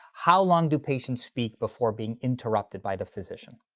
how long do patients speak before being interrupted by the physician?